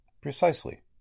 Precisely